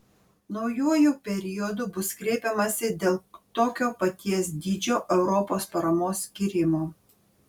naujuoju periodu bus kreipiamasi dėl tokio paties dydžio europos paramos skyrimo